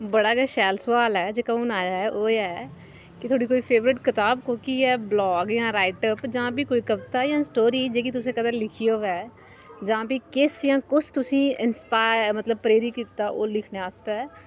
बड़ा गै शैल सोआल ऐ जेह्का हून आया ऐ ओह् ऐ कि थुआढ़ी कोई फेवरट कताब कोह्की ऐ ब्लाग जां राइटप जां फ्ही कोई कविता जां स्टोरी जेह्की तुसें कदें लिखी होवै जां फ्ही कुस जां कुस तुसी इंस्पायर मतलब प्रेरित कीता ओह् लिखने आस्तै